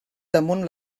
damunt